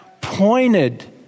pointed